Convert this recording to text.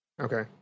Okay